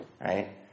right